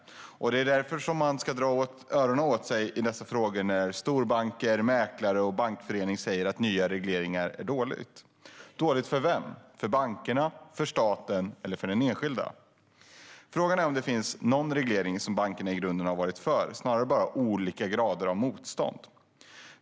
Det är därför man ska dra öronen åt sig i dessa frågor när storbankerna, mäklarna eller Bankföreningen säger att nya regleringar är dåligt. Dåligt för vem? För bankerna, för staten eller för den enskilda? Frågan är om det finns någon reglering som bankerna i grunden har varit för, eller om det bara handlar om olika grader av motstånd.